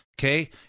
okay